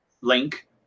link